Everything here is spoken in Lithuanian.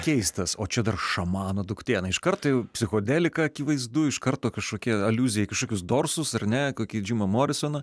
keistas o čia dar šamano duktė na iš karto jau psichodelika akivaizdu iš karto kažkokia aliuzija į kažkokius dorsus ar ne kokį džimą morisoną